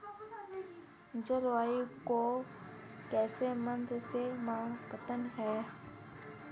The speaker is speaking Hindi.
जलवायु को कौन से यंत्र से मापते हैं?